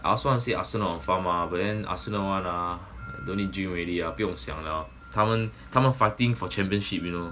I also want see Arsenal on form ah but then Arsenal one ah don't need dream already ah 不用想 liao 他们他们 fighting for championship you know